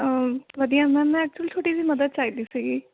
ਵਧੀਆ ਮੈਮ ਮੈਂ ਐਕਚੁਅਲੀ ਛੋਟੀ ਜਿਹੀ ਮਦਦ ਚਾਹੀਦੀ ਸੀਗੀ